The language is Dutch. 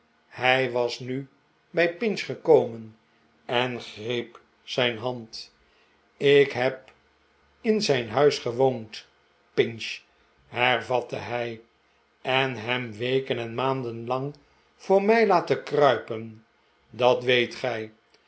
hij was nu bij pinch gekomen en greep zijn hand ik heb in zijn huis gewoond pinch hervatte hij en hem weken en maanden lang voor mij laten kruipen dat weet gij